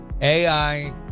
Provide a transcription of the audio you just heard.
AI